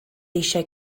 eisiau